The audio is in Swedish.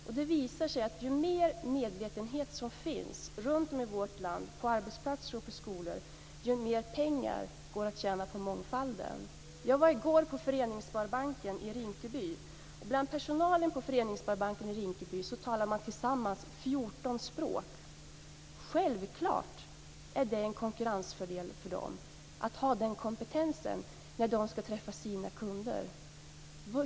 Och det visar sig att ju mer medvetenhet som finns runt om i vårt land på arbetsplatser och i skolor, desto mer pengar går det att tjäna på mångfalden. Jag var i går på Föreningssparbanken i Rinkeby. Bland personalen där talas det 14 språk. Självklart är det en konkurrensfördel för dem att ha denna kompetens när de skall träffa sina kunder.